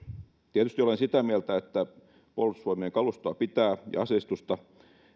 tietysti olen sitä mieltä että puolustusvoimien kalustoa ja aseistusta